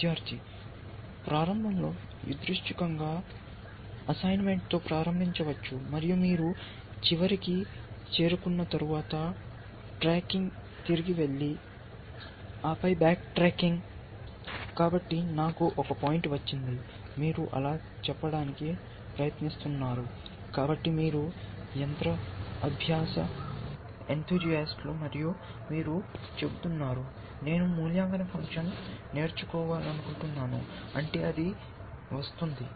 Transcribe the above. విద్యార్థి ప్రారంభంలో యాదృచ్ఛిక అసైన్మెంట్తో ప్రారంభించవచ్చు మరియు మీరు చివరికి చేరుకున్న తర్వాత ట్రాక్కి తిరిగి వెళ్లి కాబట్టి నాకు ఒక పాయింట్ వచ్చింది మీరు అలా చెప్పడానికి ప్రయత్నిస్తున్నారు కాబట్టి మీరు యంత్ర అభ్యాస ఏన్థూజీఐస్టలు మరియు మీరు చెబుతున్నారు నేను మూల్యాంకన ఫంక్షన్ నేర్చుకోవాలనుకుంటున్నాను అంటే అది వస్తుంది